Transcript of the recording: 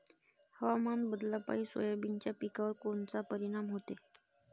हवामान बदलापायी सोयाबीनच्या पिकावर कोनचा परिणाम होते?